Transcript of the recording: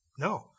No